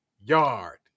yard